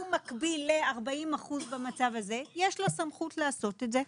הוא מקביל ל-40 אחוזים במצב הזה יש לה סמכות לעשות את זה.